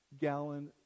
gallon